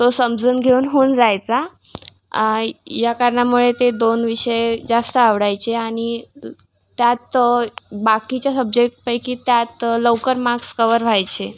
तो समजून घेऊन होऊन जायचा या कारणामुळे ते दोन विषय जास्त आवडायचे आणि त्यात बाकीच्या सब्जेक्टपैकी त्यात लवकर मार्क्स कव्हर व्हायचे